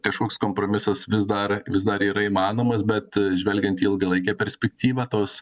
kažkoks kompromisas vis dar vis dar yra įmanomas bet žvelgiant į ilgalaikę perspektyvą tos